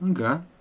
Okay